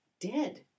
dead